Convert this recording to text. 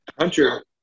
Hunter